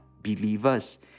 believers